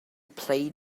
played